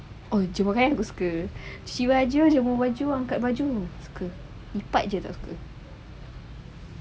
oh jemur kain aku suka cuci baju jemur baju angkat baju suka lipat jer tak suka